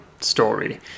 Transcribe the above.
story